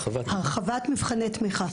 הרחבת מבחני תמיכה.